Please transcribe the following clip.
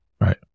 Right